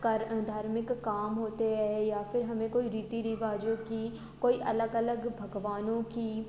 कर धार्मिक काम होते हैं या फिर हमें कोई रीति रिवाज़ों की कोई अलग अलग भगवानों की